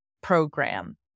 program